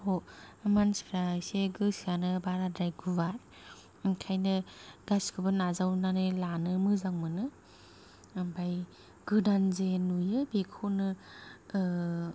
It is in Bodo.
मानसिफ्रा एसे गोसोआनो बाराद्राय गुवार ओंखायनो गासिखौबो नाजावनानै लानो मोजां मोनो ओमफ्राय गोदान जे नुयो बेखौनो